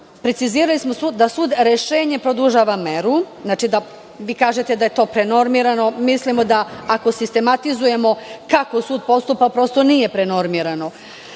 precizirali da sud rešenjem produžava meru. Vi kažete da je to prenormirano. Mi mislimo da ako sistematizujemo kako sud postupa, prosto nije prenormirano.